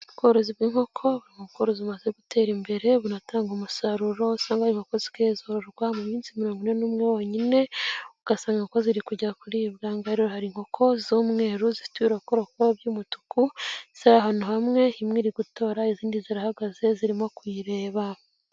Ubworozi bw'inkoko ni ubworozi bumaze gutera imbere, bunatanga umusaruro usanga hari inkoko zisigaye zororwa, mu minsi mirongo ine n'umwe wo nyine, ugasanga inkoko ziri kujya kuribwa. Aha ngaha rero hari inkoko z'umweru, zifite ibiroko roko by'umutuku, ziri ahantu hamwe, imwe iri gutora izindi zirahagaze zirimo kuyireba.